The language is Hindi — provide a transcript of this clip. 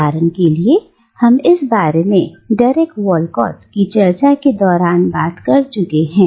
उदाहरण के लिए हम इस बारे में डेरेक वॉलकॉट की चर्चा के दौरान बात कर चुके हैं